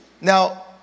Now